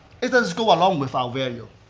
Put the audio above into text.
it is going on with our value.